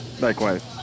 likewise